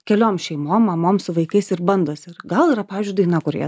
keliom šeimom mamom su vaikais ir bandosi ir gal yra pavyzdžiui daina kurioje